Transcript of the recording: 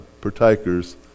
partakers